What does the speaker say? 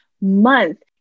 month